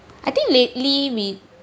I think lately me